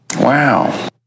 Wow